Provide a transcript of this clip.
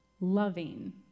loving